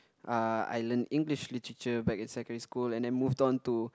uh I learn English literature back in secondary school and then moved on to